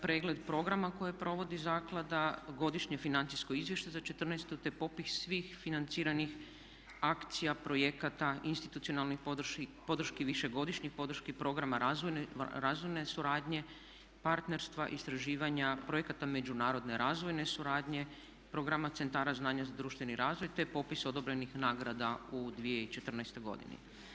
Pregled programa koje provodi zaklada, godišnje financijsko izvješće za 2014., te popis svih financiranih akcija, projekata, institucionalnih podrški višegodišnjih podrški programa razvojne suradnje, partnerstva, istraživanja, projekata međunarodne razvojne suradnje, programa centara znanja za društveni razvoj te popis odobrenih nagrada u 2014.godini.